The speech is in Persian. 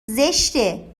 زشته